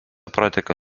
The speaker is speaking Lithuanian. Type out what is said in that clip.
prateka